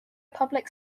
public